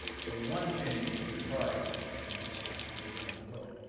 so one change is rhetorical, and that's happening again in the gulf.